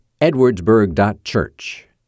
edwardsburg.church